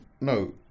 No